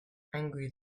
angry